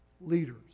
leaders